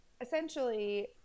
essentially